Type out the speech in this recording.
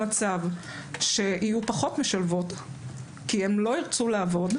למצב שיהיו פחות משלבות כי הן לא ירצו לעבוד,